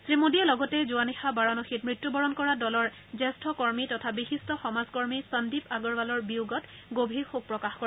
শ্ৰীমোদীয়ে লগতে যোৱা নিশা বাৰানসীত মৃত্যুবৰণ কৰা দলৰ জ্যেষ্ঠ কৰ্মী তথা বিশিষ্ট সমাজকৰ্মী সন্দীপ আগৰৱালৰ বিয়োগত গভীৰ শোক প্ৰকাশ কৰে